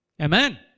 Amen